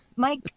Mike